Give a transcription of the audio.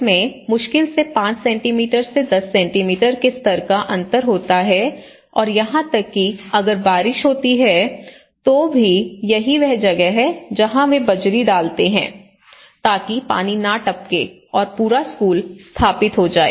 इसमें मुश्किल से 5 सेंटीमीटर से 10 सेंटीमीटर के स्तर का अंतर होता है और यहां तक कि अगर बारिश होती है तो भी यही वह जगह है जहां वे बजरी डालते हैं ताकि पानी ना टपके और पूरा स्कूल स्थापित हो जाए